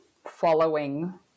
Following